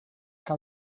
que